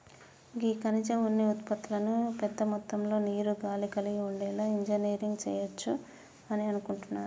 గీ ఖనిజ ఉన్ని ఉత్పతులను పెద్ద మొత్తంలో నీరు, గాలి కలిగి ఉండేలా ఇంజనీరింగ్ సెయవచ్చు అని అనుకుంటున్నారు